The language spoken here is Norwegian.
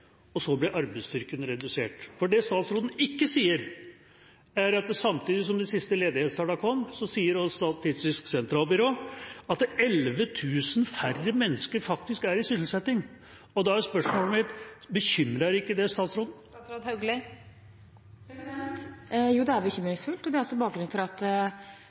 og så blir arbeidsstyrken redusert. Det statsråden ikke sier, er at samtidig som de siste ledighetstallene kom, sa Statistisk sentralbyrå at 11 000 færre mennesker faktisk er sysselsatt. Da er spørsmålet mitt: Bekymrer ikke det statsråden? Jo, det er bekymringsfullt, og det er også bakgrunnen for at